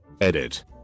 Edit